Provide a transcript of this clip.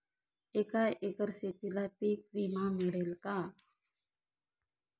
एका एकर शेतीला पीक विमा मिळेल का?